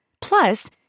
Plus